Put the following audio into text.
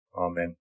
Amen